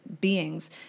beings